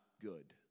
good